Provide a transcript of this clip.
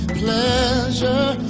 pleasure